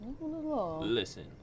Listen